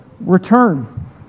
return